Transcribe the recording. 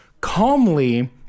calmly